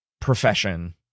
profession